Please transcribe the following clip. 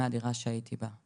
מהדירה שהייתי בה.